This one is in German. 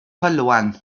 verloren